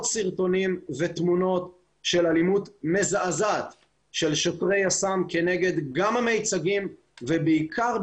סרטונים ותמונות של אלימות מזעזעת של שוטרי יס"מ כנגד המיצגים ובעיקר,